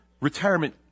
retirement